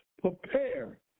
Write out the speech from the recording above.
Prepare